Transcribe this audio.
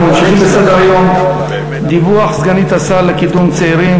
אנחנו ממשיכים בסדר-היום: דיווח סגנית השר לקידום צעירים,